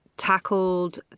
Tackled